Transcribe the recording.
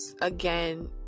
again